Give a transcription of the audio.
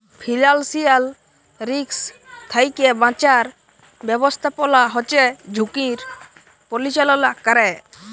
financial risk থ্যাইকে বাঁচার ব্যবস্থাপলা হছে ঝুঁকির পরিচাললা ক্যরে